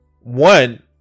one